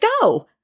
go